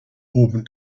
oben